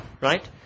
right